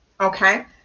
Okay